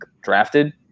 drafted